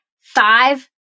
five